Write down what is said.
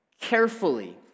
carefully